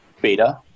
beta